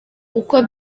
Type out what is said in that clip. uko